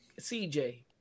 CJ